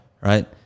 Right